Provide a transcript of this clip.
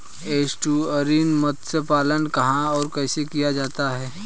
Estuarine मत्स्य पालन कहां और कैसे किया जाता है?